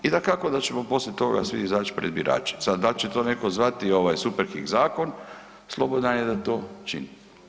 I dakako da ćemo poslije toga svi izać pred birače, sad dal će to neko zvati ovaj super hih zakon, slobodan je da to čini.